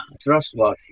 trustworthy